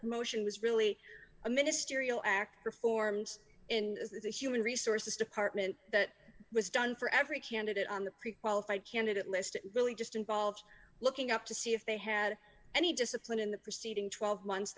the motion was really a ministerial act performed in the human resources department that was done for every candidate on the pre qualified candidate list it really just involved looking up to see if they had any discipline in the proceeding twelve months